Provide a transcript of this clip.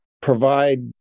provide